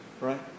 right